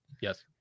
yes